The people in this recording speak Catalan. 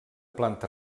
planta